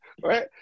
Right